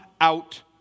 out